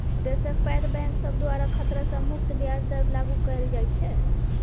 देशक पैघ बैंक सब द्वारा खतरा सँ मुक्त ब्याज दर लागु कएल जाइत छै